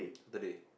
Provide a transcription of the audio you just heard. Saturday